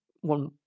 one